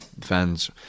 Fans